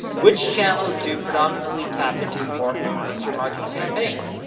which channels do predominantly tap into for influencer marketing campaigns?